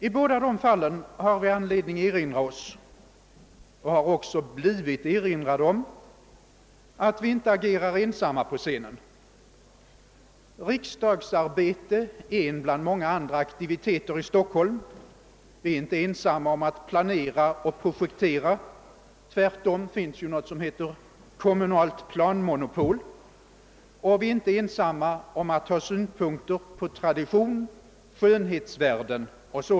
I båda dessa frågor har vi anledning att erinra oss — och har också blivit erinrade om — att vi inte agerar ensamma på scenen. Riksdagsarbetet är en bland många aktiviteter i Stockholm. Vi är alltså inte ensamma om att planera och projektera. Tvärtom finns något som heter kommunalt planmonopol. Vi är inte heller ensamma om att ha synpunkter på tradition, skönhetsvärden o.d.